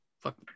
Fuck